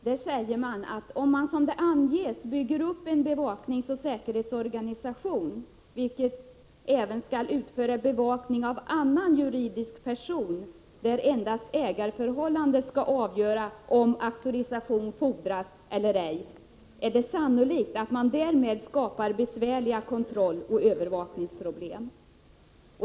Där sägs att ”om man som det anges bygger upp en bevakningsoch säkerhetsorganisation, vilken även skall utföra bevakning av annan juridisk person där endast ägarförhållandet skall avgöra om auktorisation erfordras eller ej, är det sannolikt att man därmed skapar besvärliga kontrolloch övervakningsproblem.